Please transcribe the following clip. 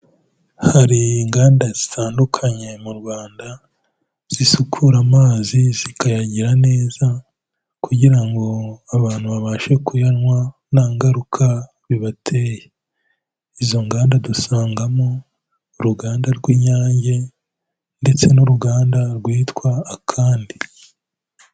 Hari inganda zitandukanye mu Rrwanda, zisukura amazi zikayagira neza, kugira ngo abantu babashe kuyanywa nta ngaruka bibateye, izo nganda dusangamo uruganda rw'Inyange ndetse n'uruganda rwitwa Akandi.